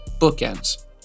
bookends